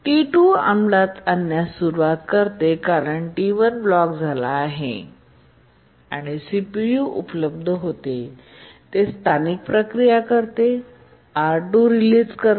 T2 अंमलात आणण्यास सुरूवात करते कारण T1 ब्लॉक झाले आहे आणि सीपीयू उपलब्ध होते आणि ते स्थानिक प्रक्रिया करते आणि R2 रिलीझ करते